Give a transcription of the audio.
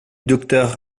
docteur